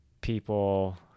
People